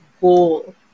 goal